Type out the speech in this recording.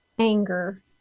anger